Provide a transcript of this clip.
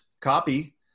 copy